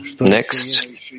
Next